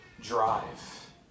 drive